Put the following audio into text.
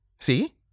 see